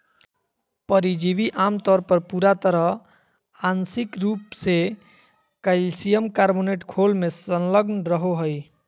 परिजीवी आमतौर पर पूरा तरह आंशिक रूप से कइल्शियम कार्बोनेट खोल में संलग्न रहो हइ